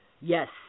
Yes